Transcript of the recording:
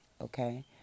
Okay